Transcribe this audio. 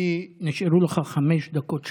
נשארו לך חמש דקות שלמות.